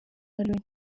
loni